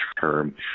term